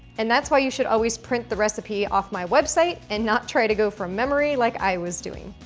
and that's why you should always print the recipe off my website and not try to go from memory like i was doing.